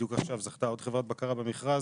בדיוק עכשיו זכתה עוד חברת בקרה במכרז,